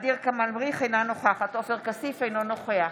ע'דיר כמאל מריח, אינה נוכחת עופר כסיף, אינו נוכח